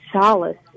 solace